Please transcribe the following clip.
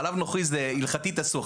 חלב נוכרי זה הלכתית אסור,